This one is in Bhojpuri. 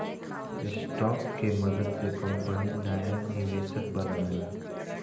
स्टॉक के मदद से कंपनी नाया निवेशक बनावेला